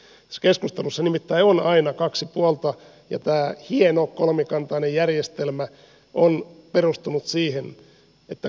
tässä keskustelussa nimittäin on aina kaksi puolta ja tämä hieno kolmikantainen järjestelmä on perustunut siihen että kaikki voittavat